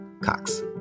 cox